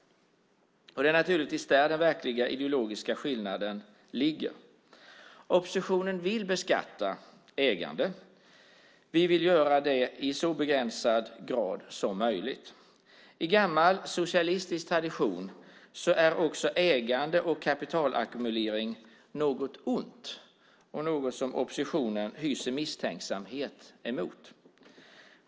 Det är naturligtvis där den verkliga ideologiska skillnaden ligger. Oppositionen vill beskatta ägande. Vi vill göra det i så begränsad grad som möjligt. I gammal socialistisk tradition är också ägande och kapitalackumulering något ont och något som oppositionen hyser misstänksamhet emot.